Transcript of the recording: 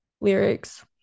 lyrics